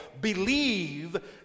believe